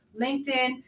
LinkedIn